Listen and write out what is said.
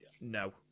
No